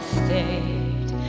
stayed